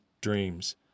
dreams